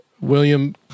William